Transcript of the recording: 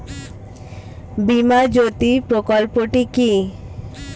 বীমা জ্যোতি প্রকল্পটি কি?